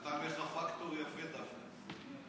נתן לך פקטור יפה דווקא.